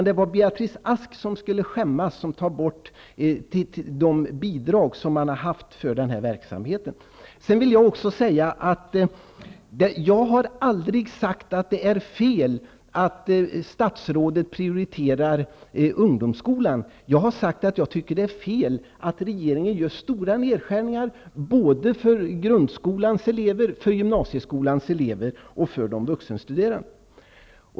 Det var Beatrice Ask som skulle skämmas som tar bort de bidrag som man har haft för denna verksamhet. Jag har aldrig sagt att det är fel att statsrådet prioriterar ungdomsskolan. Jag har sagt att det är fel att regeringen gör stora nedskärningar för både grundskolans elever, gymnasieskolans elever och vuxenstuderande.